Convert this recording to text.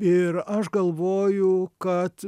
ir aš galvoju kad